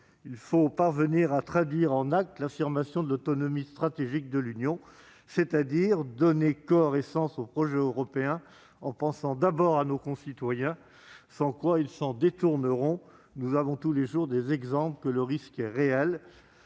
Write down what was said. Il faut parvenir à traduire en actes l'affirmation de l'autonomie stratégique de l'Union, c'est-à-dire donner corps et sens au projet européen, en pensant d'abord à nos concitoyens ; à défaut, ces derniers s'en détourneront. Nous avons tous les jours des exemples indiquant que ce risque est réel.